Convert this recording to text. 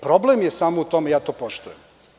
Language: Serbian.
Problem je samo u tome, ja to poštujem.